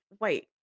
wait